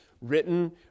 written